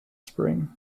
spring